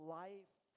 life